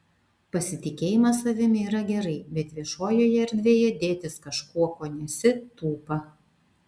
pasitikėjimas savimi yra gerai bet viešojoje erdvėje dėtis kažkuo kuo nesi tūpa